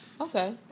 Okay